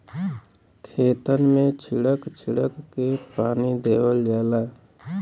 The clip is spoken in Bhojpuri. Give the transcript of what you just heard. खेतन मे छीड़क छीड़क के पानी देवल जाला